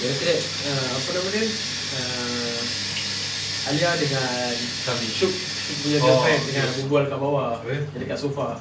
then after that ah apa nama dia err alia dengan shuk shuk punya girlfriend tengah berbual dekat bawah yang dekat sofa